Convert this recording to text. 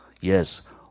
yes